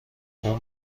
اون